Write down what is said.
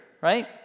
right